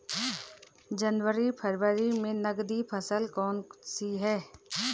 जनवरी फरवरी में नकदी फसल कौनसी है?